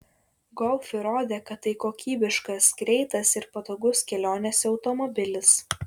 golf įrodė kad tai kokybiškas greitas ir patogus kelionėse automobilis